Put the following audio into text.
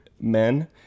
men